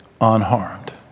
unharmed